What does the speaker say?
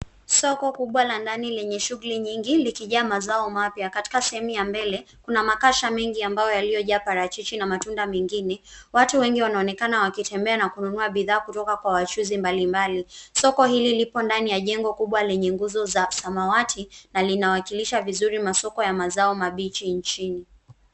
Soko kubwa la ndani lenye shughuli nyingine likijaa mazao mapya. Katika sehemu ya mbele, kuna makasha mengi ambayo yaliyojaa parachichi na matunda mengine. Watu wengi wanaonekana wakitembea na kununua bidhaa kutoka kwa wachuzi mbalimbali. Soko hili lipo ndani ya jengo kubwa lenye nguzo za samawati na linawakilisha vizuri masoko ya mazao mabichi nchini.